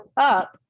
up